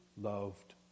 loved